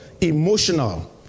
emotional